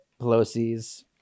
Pelosi's